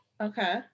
okay